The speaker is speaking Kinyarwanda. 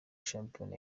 shampiyona